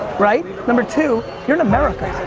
right? number two, you're in america